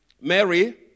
Mary